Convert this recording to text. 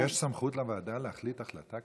יש סמכות לוועדה להחליט החלטה כזאת?